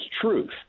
truth